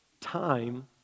time